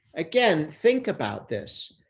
again, think about this,